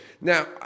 Now